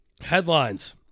Headlines